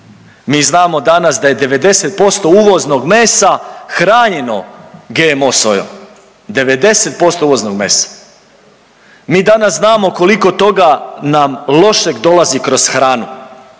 mi znamo danas da je 90% uvoznog mesa hranjeno GMO sojom, 90% uvoznog mesa. Mi danas znamo koliko toga nam lošeg dolazi kroz hranu